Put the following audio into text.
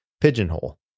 Pigeonhole